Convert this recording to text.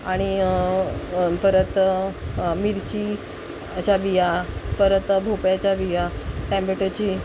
आणि परत मिरचीच्या वि परत भोप्याच्या वि टॅम्मेटोची